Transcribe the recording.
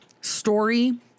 story